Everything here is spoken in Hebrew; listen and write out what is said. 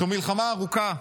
"זו מלחמה ארוכה.